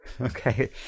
Okay